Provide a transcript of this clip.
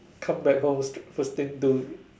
come back home first thing do